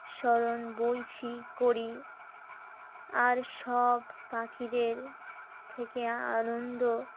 করি আর সব পাখিদের থেকে আনন্দ